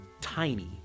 tiny